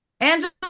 Angela